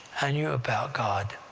i knew about god